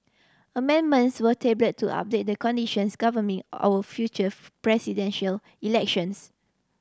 amendments were tabled to update the conditions governing our future presidential elections